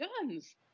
guns